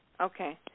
Okay